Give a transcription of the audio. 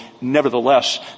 nevertheless